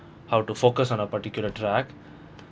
how to focus on a particular track